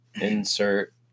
insert